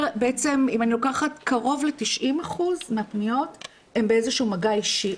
בעצם קרוב ל-90% מהפניות הן באיזה שהוא מגע אישי.